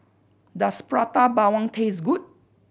does Prata Bawang taste good